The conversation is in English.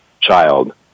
child